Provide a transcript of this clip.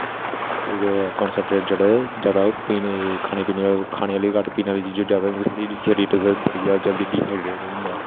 concentrate जेहडा ज्यादा खाने आहले उपर घट्ट पीने आहली उपर ज्यादा करने हा क्योकि शरीर बड़ी जल्दी डिहाइड्रेट होई जंदा